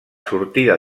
sortida